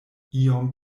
iom